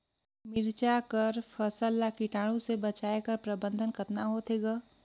मिरचा कर फसल ला कीटाणु से बचाय कर प्रबंधन कतना होथे ग?